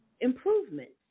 improvements